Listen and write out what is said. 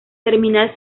terminal